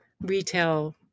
retail